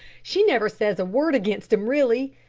she never says a word against him really.